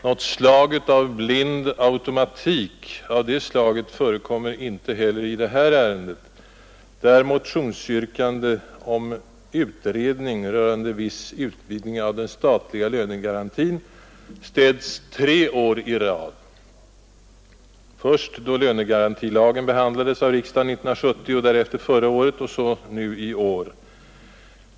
Någon blind automatik av det slaget förekommer inte heller i detta ärende, där motionsyrkande om utredning rörande viss utvidgning av den statliga lönegarantin ställts tre år i rad, först då lönegarantilagen behandlades av riksdagen 1970, därefter förra året och sedan nu i år.